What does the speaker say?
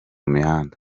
mihanda